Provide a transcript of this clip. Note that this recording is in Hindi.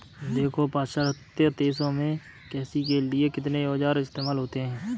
देखो पाश्चात्य देशों में कृषि के लिए कितने औजार इस्तेमाल होते हैं